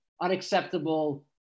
unacceptable